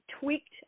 tweaked